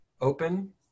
Open